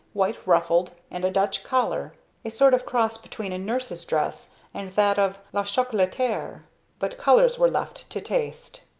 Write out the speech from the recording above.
white ruffled, and a dutch collar a sort of cross between a nurses dress and that of la chocolataire but colors were left to taste.